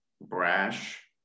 brash